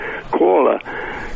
caller